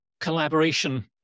collaboration